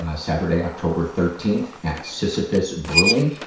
ah saturday, october thirteenth, at sisyphus brewing.